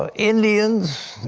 ah indians.